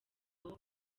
aho